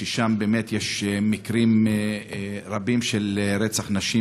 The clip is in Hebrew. ששם באמת יש מקרים רבים של רצח נשים,